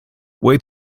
wait